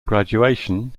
graduation